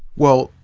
well,